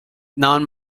non